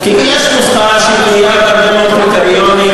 יש נוסחה שמכילה הרבה מאוד קריטריונים.